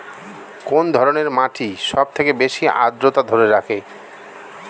কোন ধরনের মাটি সবথেকে বেশি আদ্রতা ধরে রাখে?